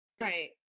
right